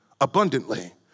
abundantly